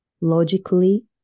logically